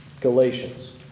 Galatians